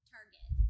Target